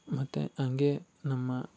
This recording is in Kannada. ಮತ್ತು ಹಂಗೆ ನಮ್ಮ